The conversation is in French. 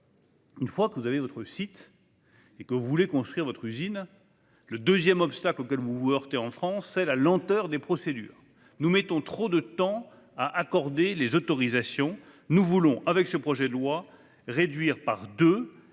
Une fois que vous avez votre site et que vous voulez construire votre usine, le deuxième obstacle auquel vous vous heurtez en France, c'est la lenteur des procédures : nous mettons trop de temps à accorder les autorisations. Nous voulons, avec ce projet de loi, diviser par deux